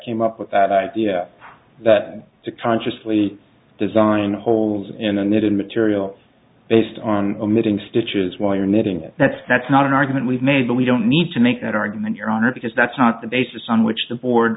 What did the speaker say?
came up with that idea that to consciously design holes in a knitted material based on omitting stitches while you're knitting it that's that's not an argument we've made but we don't need to make that argument your honor because that's not the basis on which the board